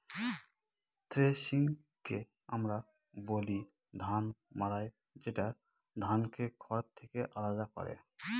থ্রেশিংকে আমরা বলি ধান মাড়াই যেটা ধানকে খড় থেকে আলাদা করে